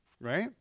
Right